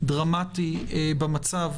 דרמטי במצב